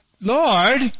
Lord